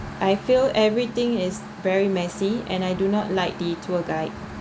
I feel everything is very messy and I do not like the tour guide